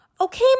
Okay